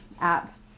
app